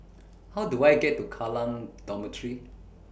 How Do I get to Kallang Dormitory